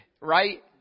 Right